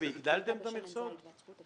והגדלתם את המכסות?